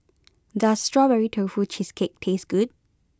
does Strawberry Tofu Cheesecake taste good